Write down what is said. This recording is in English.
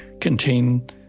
contain